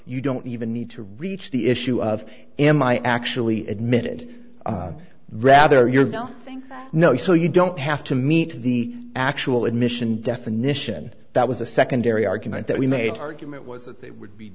you don't even need to reach the issue of am i actually admitted rather you're thing no so you don't have to meet the actual admission definition that was a secondary argument that we made argument was that they would be